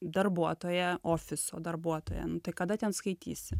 darbuotoja ofiso darbuotoja nu tai kada ten skaitysi